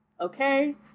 Okay